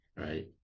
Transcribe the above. right